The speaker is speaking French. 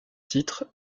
titre